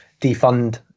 defund